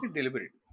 deliberate